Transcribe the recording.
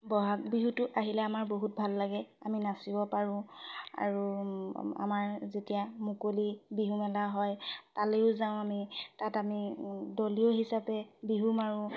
বহাগ বিহুটো আহিলে আমাৰ বহুত ভাল লাগে আমি নাচিব পাৰোঁ আৰু আমাৰ যেতিয়া মুকলি বিহুমেলা হয় তালেও যাওঁ আমি তাত আমি দলীয় হিচাপে বিহু মাৰোঁ